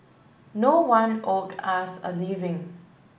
no one owed us a living